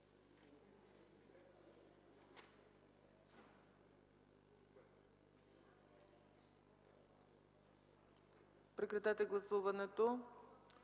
Прекратете гласуването.